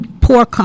poor